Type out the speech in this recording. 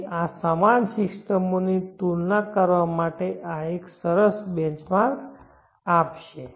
તેથી આ સમાન સિસ્ટમોની તુલના કરવા માટે આ એક સરસ બેંચમાર્ક આપશે